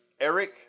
Eric